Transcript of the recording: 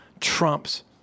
trumps